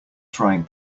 frying